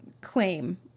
claim